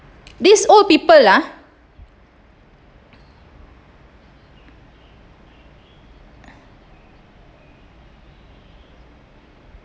these old people ah